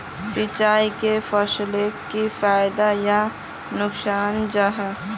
सिंचाई से फसलोक की फायदा या नुकसान जाहा?